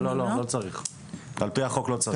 על פי החוק לא צריך.